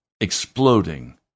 exploding